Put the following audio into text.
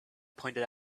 pointed